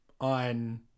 on